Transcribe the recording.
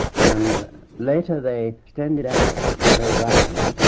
and later they extended out very widely,